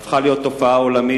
זו הפכה להיות תופעה עולמית,